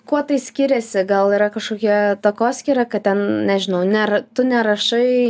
kuo tai skiriasi gal yra kažkokia takoskyra kad ten nežinau ar tu nerašai